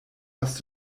was